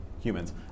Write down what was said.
humans